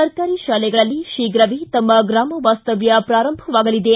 ಸರ್ಕಾರಿ ಶಾಲೆಗಳಲ್ಲಿ ಶೀಘವೇ ತಮ್ಮ ಗ್ರಾಮ ವಾಸ್ತವ್ನ ಪೂರಂಭವಾಗಲಿದೆ